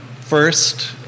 first